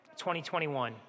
2021